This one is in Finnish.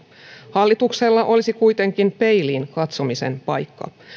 hallituksella olisi kuitenkin peiliin katsomisen paikka